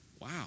wow